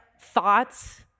thoughts